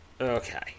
Okay